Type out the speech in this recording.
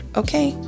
okay